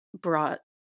brought